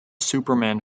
superman